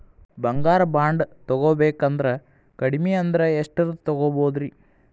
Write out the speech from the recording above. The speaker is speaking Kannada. ಬಂಗಾರ ಬಾಂಡ್ ತೊಗೋಬೇಕಂದ್ರ ಕಡಮಿ ಅಂದ್ರ ಎಷ್ಟರದ್ ತೊಗೊಬೋದ್ರಿ?